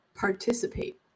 participate